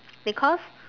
because